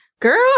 Girl